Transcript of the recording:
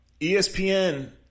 ESPN